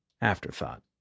afterthought